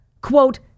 quote